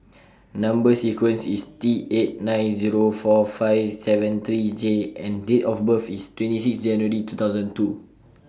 Number sequence IS T eight nine Zero four five seven three J and Date of birth IS twenty six January two thousand and two